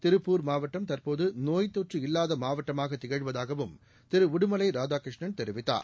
திருப்பூர் மாவட்டம் தற்போது நோய் தொற்று இல்லாத மாவட்டமாக திகழ்வதகாவும் திரு உடுமலை ராதாகிருஷ்ணன் தெரிவித்தார்